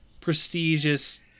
prestigious